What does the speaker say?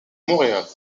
montréal